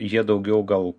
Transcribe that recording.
jie daugiau gal